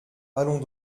allons